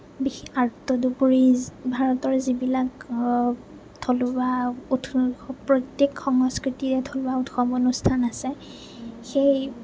তদুপৰি ভাৰতৰ যিবিলাক থলুৱা প্ৰত্য়েক সংস্কৃতিৰে উৎসৱ অনুষ্ঠান আছে সেই